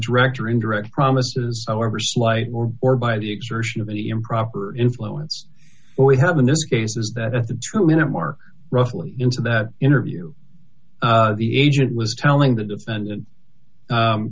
direct or indirect promises however slight or or by the exertion of any improper influence we have in this case is that the two minute mark roughly into that interview the agent was telling the defendant